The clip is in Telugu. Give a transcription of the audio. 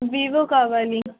వివో కావాలి